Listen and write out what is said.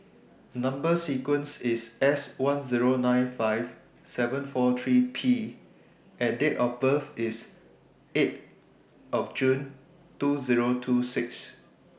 Number sequence IS S one Zero nine five seven four three P and Date of birth IS eight June twenty twenty six